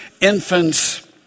infants